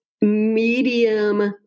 medium